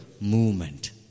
movement